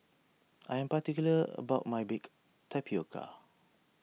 I am particular about my Baked Tapioca